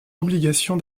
obligation